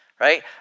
Right